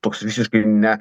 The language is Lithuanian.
toks visiškai ne